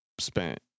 spent